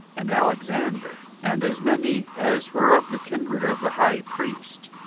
and alexander, and as many as were of the kindred of the high priest,